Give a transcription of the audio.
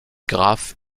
graf